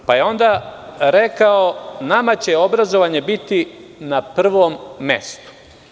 Onda je rekao – nama će obrazovanje biti na prvom mestu.